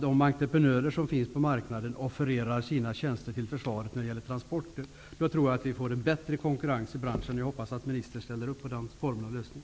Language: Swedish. De entreprenörer som finns på marknaden kan sedan offerera sina tjänster till försvaret när det gäller transporter. Då tror jag att vi får en bättre konkurrens i branschen. Jag hoppas att ministern ställer upp på en sådan lösning.